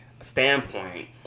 standpoint